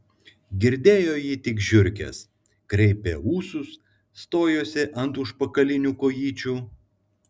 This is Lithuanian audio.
girdėjo jį tik žiurkės kraipė ūsus stojosi ant užpakalinių kojyčių